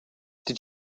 did